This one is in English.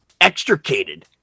extricated